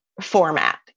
format